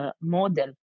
model